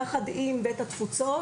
יחד עם בית התפוצות.